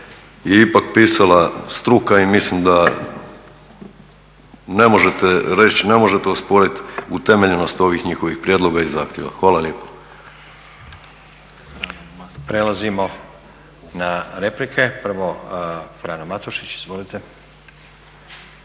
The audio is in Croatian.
ipak pisala struka i mislim da ne možete reći, ne možete osporiti utemeljenost ovih njihovih prijedloga i zahtjeva. Hvala lijepo. **Stazić, Nenad (SDP)** Prelazimo na replike. Prvo, Frano Matušić. Izvolite.